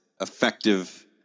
effective